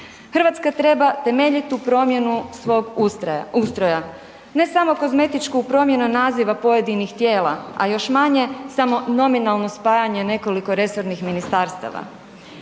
RH treba temeljitu promjenu svog ustroja, ne samo kozmetičku promjenu naziva pojedinih tijela, a još manje samo nominalno spajanje nekoliko resornih ministarstava.